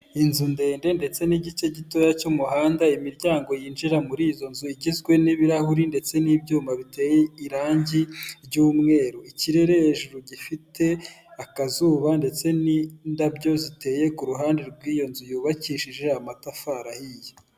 Inzu ndende ndetse n'igice gitoya cy'umuhanda, imiryango yinjira muri izo nzu, igizwe n'ibirahuri ndetse n'ibyuma biteye irangi ry'umweru, ikirere hejuru gifite akazuba ndetse n'indabyo ziteye kuru ruhande rw'iyo nzu, yubakishije amatafari ahiye.